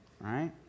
right